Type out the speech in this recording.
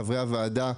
חברי הוועדה,